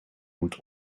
moet